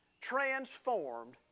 transformed